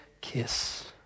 kiss